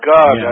God